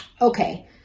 okay